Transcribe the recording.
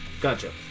Gotcha